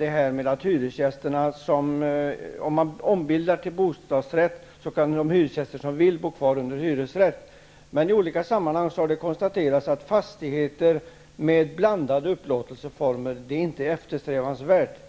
hel del. Om man ombildar till bostadsrätt, kan de hyresgäster som vill göra det bo kvar med hyresrätt, sade Mikael Odenberg. Men i olika sammanhang har det konstaterats att fastigheter med blandade upplåtelseformer inte är något eftersträvansvärt.